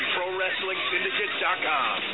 ProWrestlingSyndicate.com